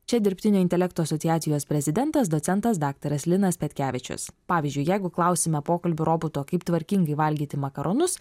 čia dirbtinio intelekto asociacijos prezidentas docentas daktaras linas petkevičius pavyzdžiui jeigu klausime pokalbių roboto kaip tvarkingai valgyti makaronus